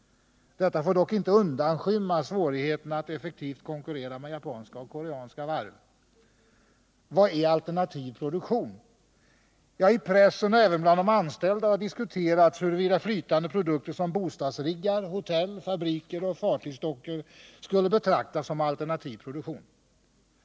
Detta får dock inte undanskymma svårigheterna att effektivt konkurrera med japanska och koreanska varv. Vad är alternativ produktion? I pressen och även bland de anställda har diskuterats huruvida flytande produkter som bostadsriggar, hotell, fabriker och fartygsdockor skulle betraktas som alternativ produktion.